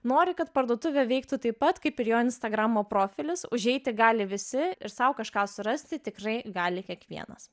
nori kad parduotuvė veiktų taip pat kaip ir jo instagramo profilis užeiti gali visi ir sau kažką surasti tikrai gali kiekvienas